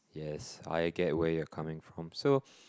yes I get where you are coming from so